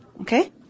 Okay